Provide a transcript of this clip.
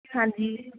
ਹਾਂਜੀ